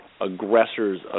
aggressors